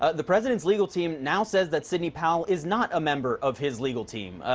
ah the president's legal team now says that sidney powell is not a member of his legal team.